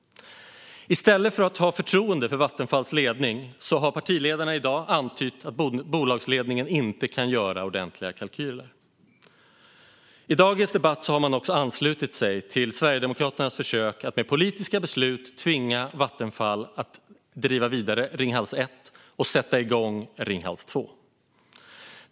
I stället för att ha förtroende för Vattenfalls ledning har partiledarna i dag antytt att bolagsledningen inte kan göra ordentliga kalkyler. I dagens debatt har man också anslutit sig till Sverigedemokraternas försök att genom politiska beslut tvinga Vattenfall att driva vidare Ringhals 1 och sätta igång Ringhals 2.